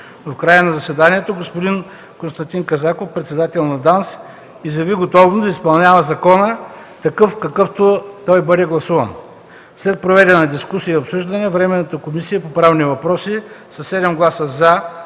В края на заседанието господин Константин Казаков – председател на ДАНС, изяви готовност да изпълнява закона такъв, какъвто бъде гласуван. След проведената дискусия и обсъждане Временната комисия по правни въпроси със 7 гласа „за”,